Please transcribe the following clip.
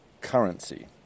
currency